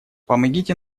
помогите